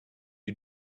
you